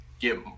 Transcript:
get